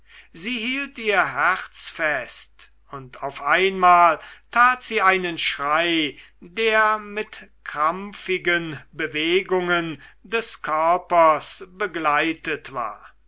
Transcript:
sie hielt ihr herz fest und auf einmal tat sie einen schrei der mit krampfigen bewegungen des körpers begleitet war